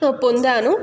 తో పొందాను